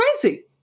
crazy